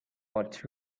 but